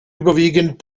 überwiegend